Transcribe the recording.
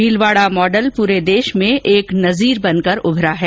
Bhilwara model पुरे देश में एक नजीर बनकर उभरा है